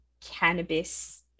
cannabis